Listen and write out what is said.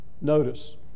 Notice